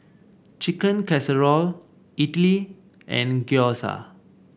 Chicken Casserole Idili and Gyoza